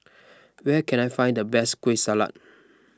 where can I find the best Kueh Salat